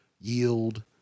yield